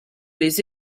les